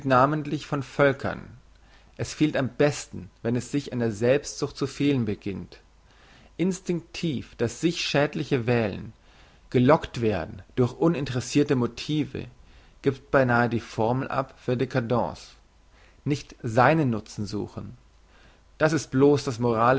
namentlich von völkern es fehlt am besten wenn es an der selbstsucht zu fehlen beginnt instinktiv das sich schädliche wählen gelockt werden durch uninteressirte motive giebt beinahe die formel ab für dcadence nicht seinen nutzen suchen das ist bloss das moralische